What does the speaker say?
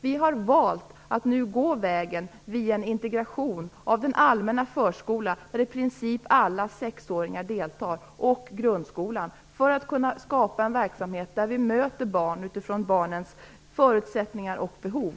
Vi har valt att nu gå vägen via en integration av den allmänna förskolan, där i princip alla sexåringar deltar, och grundskolan för att kunna skapa en verksamhet där vi möter barnen utifrån deras förutsättningar och behov.